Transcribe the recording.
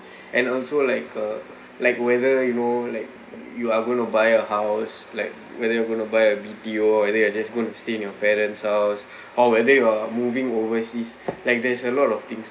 and also like uh like whether you know like you are going to buy a house like whether you're going to buy a B_T_O and then you're just going to stay in your parents house or whether you're moving overseas like there's a lot of things